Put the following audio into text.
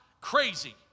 crazy